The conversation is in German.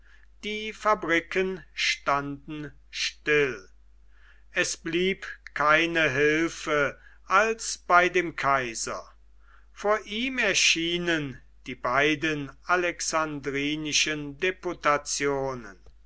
die fabriken standen still es blieb keine hilfe als bei dem kaiser vor ihm erschienen die beiden alexandrinischen deputationen